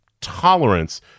tolerance